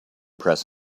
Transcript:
press